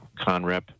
CONREP